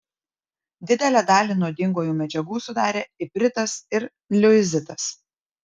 didelę dalį nuodingųjų medžiagų sudarė ipritas ir liuizitas